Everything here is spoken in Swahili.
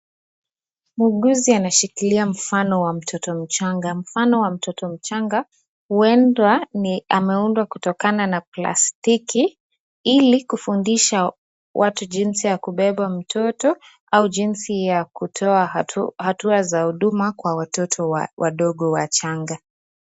Muhuguzi anashkilia mfano wa mtoto mchanga. Mfano wa mtoto mchanga, uenda ni ameundwa kutokana na plastiki ilikufundhisha watu jinzi ya kubeba watoto, au jinsi ya kutoa hatua za huduma kwa watoto wadogo wachanga.